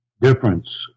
difference